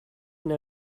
know